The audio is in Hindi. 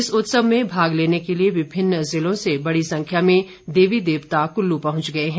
इस उत्सव में भाग लेने के लिए विभिन्न जिलों से बड़ी संख्या में देवी देवता कुल्लू पहुंच गए हैं